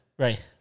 Right